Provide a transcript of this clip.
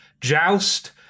Joust